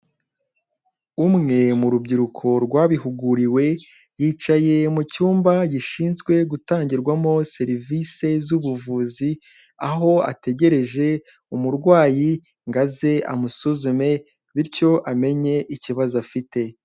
Umwe murubyiruko rwabihuguriwe, yicaye mu cyumba gishinzwe gutangirwamo serivisi z'ubuvuzi. Aho ategereje umurwayi ngo amusuzume, bityo amenye ikibazo afite.